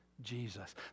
Jesus